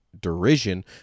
derision